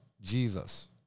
Jesus